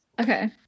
okay